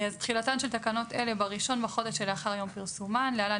"3.(א)תחילתן של תקנות אלה ב-1 בחודש שלאחר יום פרסומן (להלן,